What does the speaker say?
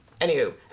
Anywho